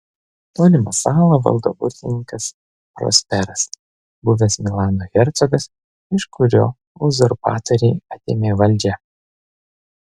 tolimą salą valdo burtininkas prosperas buvęs milano hercogas iš kurio uzurpatoriai atėmė valdžią